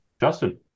justin